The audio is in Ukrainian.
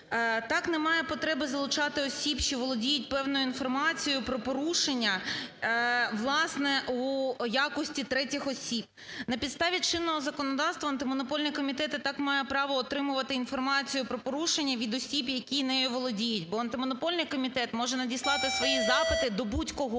Так немає потреби залучати осіб, що володіють певною інформацією про порушення, власне, у якості третіх осіб. На підставі чинного законодавства Антимонопольний комітет і так має право отримувати інформацію про порушення від осіб, які нею володіють, бо Антимонопольний комітет може надіслати свої запити до будь-якого.